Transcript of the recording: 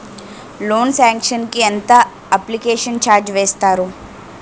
Loan sanction కి ఎంత application charge వేస్తారు?